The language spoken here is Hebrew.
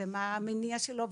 מה המניע שלו,